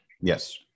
Yes